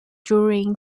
during